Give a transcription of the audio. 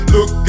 Look